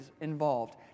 involved